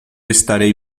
estarei